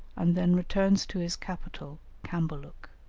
and then returns to his capital, cambaluc.